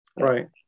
right